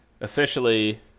officially